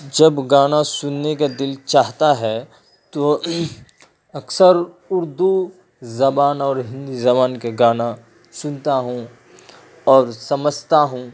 جب گانا سننے کا دل چاہتا ہے تو اکثر اردو زبان اور ہندی زبان کے گانا سنتا ہوں اور سمجھتا ہوں